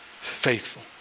faithful